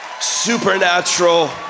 supernatural